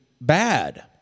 bad